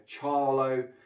Charlo